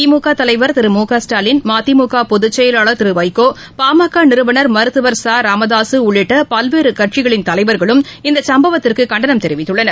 திமுக தலைவா் திரு மு க ஸ்டாலின் மதிமுக பொதுச்செயலாளா் திரு வைகோ பாமக நிறுவனா் மருத்துவர் ச ராமதாசு உள்ளிட்ட பல்வேறு கட்சிகளின் தலைவர்களும் இந்த சும்பவத்துக்கு கண்டனம் தெரிவித்துள்ளனர்